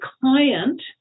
client